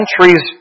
countries